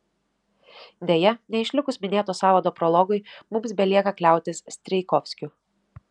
deja neišlikus minėto sąvado prologui mums belieka kliautis strijkovskiu